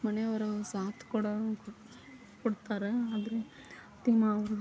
ಮನೆಯವರು ಸಾಥ್ ಕೊಡೋ ಕೊಡಿ ಕೊಡ್ತಾರೆ ಆದರೆ ತುಂಬ ಅವರು